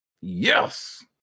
Yes